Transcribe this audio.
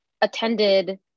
attended